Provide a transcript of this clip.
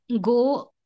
go